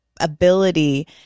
ability